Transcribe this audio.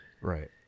right